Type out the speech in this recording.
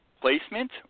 placement